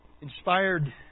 inspired